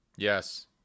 yes